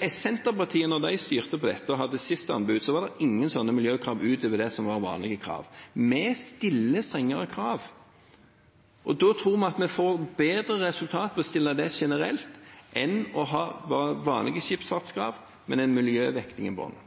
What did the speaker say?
Da Senterpartiet styrte dette og hadde det siste anbudet, var det ingen miljøkrav utover de vanlige kravene. Vi stiller strengere krav. Vi tror at vi får bedre resultater ved å stille dem generelt enn å ha vanlige